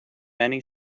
many